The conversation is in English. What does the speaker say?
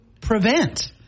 prevent